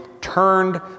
turned